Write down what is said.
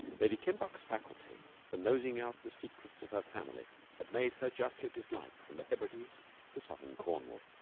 lady kimbuck's faculty for nosing out the secrets of her family had made her justly disliked from the hebrides to southern cornwall.